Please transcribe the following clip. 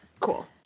Cool